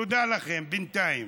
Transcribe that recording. תודה לכם, בינתיים.